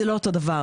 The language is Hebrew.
זה לא אותו דבר.